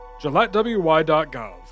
gillettewy.gov